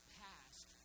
past